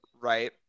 right